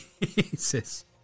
Jesus